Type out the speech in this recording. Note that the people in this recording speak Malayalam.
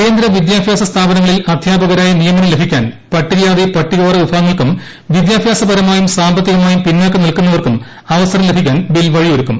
കേന്ദ്ര വിദ്യാഭ്യാസ സ്ഥാപനങ്ങളിൽ അധ്യാപകരായി നിയമനം ലഭിക്കാൻ പട്ടികജാതി പട്ടിക വർഗ്ഗ വിഭാഗങ്ങൾക്കും വിദ്യാഭ്യാസപരമായും സാമ്പത്തിക മായും പിന്നാക്കം നിൽക്കുന്നവർക്കും അവസരം ലഭിക്കാൻ ബിൽ വഴിയൊരുക്കും